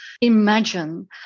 imagine